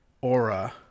aura